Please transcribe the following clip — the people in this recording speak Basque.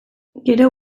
gero